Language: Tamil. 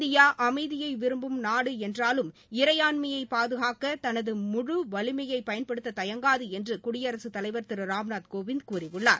இந்தியா அமைதியை விரும்பும் நாடு என்றாலும்இறையாண்மையை பாதுகாக்க தனது முழு வலிமையை பயன்படுத்த தயங்காது என்று குடியரசுத் தலைவர் திரு ராம்நாத் கோவிந்த் கூறியுள்ளார்